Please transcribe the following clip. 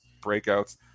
breakouts